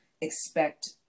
expect